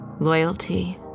Loyalty